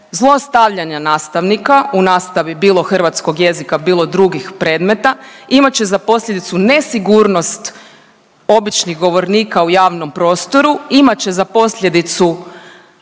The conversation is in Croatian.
zlostavljanja nastavnika u nastavi bilo hrvatskog jezika, bilo drugih predmeta. Imat će za posljedicu nesigurnost običnih govornika u javnom prostoru. Imat će za posljedicu